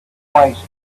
twice